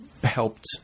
helped